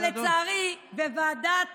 אבל לצערי, בוועדת